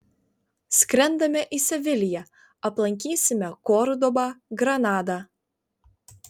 skrendame į seviliją aplankysime kordobą granadą